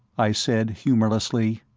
i said humorlessly.